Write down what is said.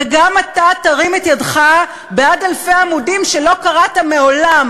וגם אתה תרים את ידך בעד אלפי עמודים שלא קראת מעולם.